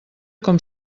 com